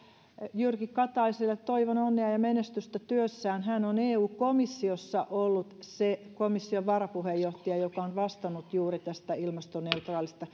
jyrki kataiselle toivon onnea ja menestystä työssään hän on eu komissiossa ollut se komission varapuheenjohtaja joka on vastannut juuri ilmastoneutraalin